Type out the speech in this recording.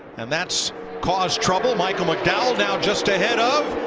and that's caused trouble, michael mcdowall now just a head up,